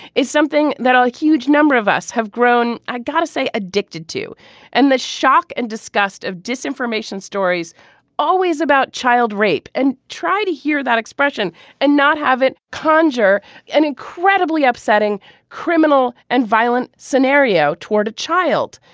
it's something that a huge number of us have grown. i gotta say addicted to and the shock and disgust of disinformation stories always about child rape and try to hear that expression and not have it conjure an incredibly upsetting criminal and violent scenario toward a child.